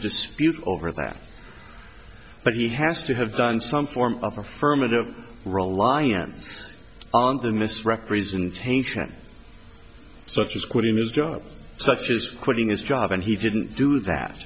dispute over that but he has to have done some form of affirmative reliance on the misrepresentation so she's quitting his job such as quitting his job and he didn't do that